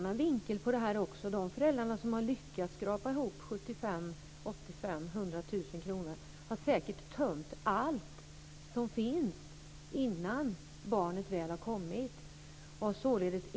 Det är statsrådets bekymmer.